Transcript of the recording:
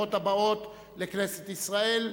ברוכות הבאות לכנסת ישראל.